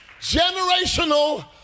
Generational